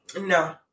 no